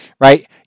right